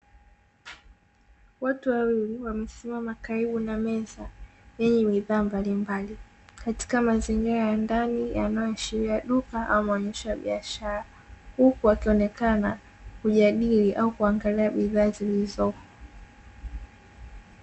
Watu wawili wamesimama karibu na meza yenye bidhaa mbalimbali katika mazingira ya ndani, yanyoashiria duka au maonyesho ya biashara, huku wakionekana kujadili au kuangalia bidhaa zilizopo.